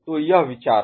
तो यह विचार है